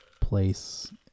place